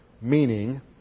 meaning